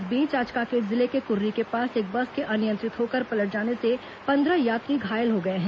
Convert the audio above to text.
इस बीच आज कांकेर जिले के कुर्री के पास एक बस के अनियंत्रित होकर पलट जाने से पंद्रह यात्री घायल हो गए हैं